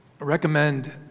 recommend